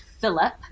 Philip